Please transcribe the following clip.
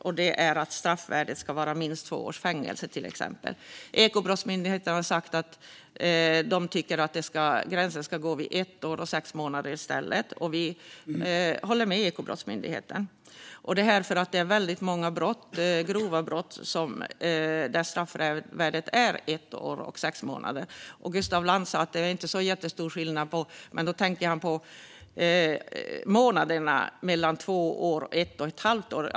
Till exempel ska straffvärdet vara minst två års fängelse. Ekobrottsmyndigheten tycker att gränsen i stället ska gå vid ett år och sex månader. Vi håller med Ekobrottsmyndigheten. Det är väldigt många grova brott där straffvärdet är ett år och sex månader. Gustaf Lantz sa att det inte är så jättestor skillnad. Då tänker han på skillnaden i antal månader mellan två år och ett och ett halvt år.